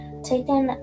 taken